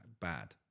bad